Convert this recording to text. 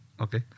Okay